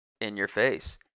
in-your-face